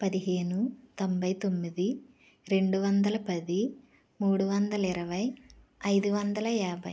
పదిహేను తొంభై తొమ్మిది రెండు వందల పది మూడు వందల ఇరవై ఐదు వందల యాభై